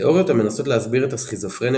תיאוריות המנסות להסביר את הסכיזופרניה